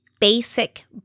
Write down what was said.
basic